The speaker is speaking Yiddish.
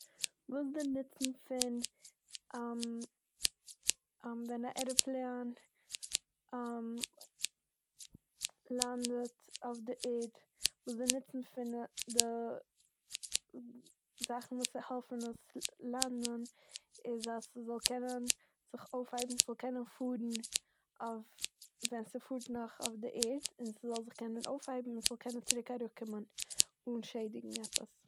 וואס די נוצן פון ווען א ערעפלאן לאנדעט אויף די ערד, וואס די נוצן פון ע- די זאכן וואס ס'העלפן עס ל- לאנדן איז אז ס'זאל קענען זיך אויפהייבן, ס'זאל קענען פארן אויף- ווען ס'פארט נאך אויף די ערד און ס'זאל זיך קענען אויפהייבן און ס'זאל קענען צוריק אראפקומען אן שעדיגן עפעס.